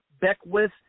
Beckwith